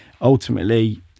ultimately